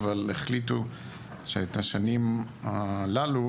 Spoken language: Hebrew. אבל החליטו שאת השנים הללו,